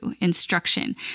instruction